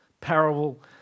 parable